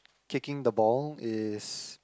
kicking the ball is